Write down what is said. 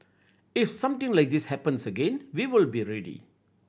if something like this happens again we will be ready